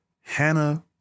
Hannah